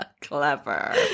Clever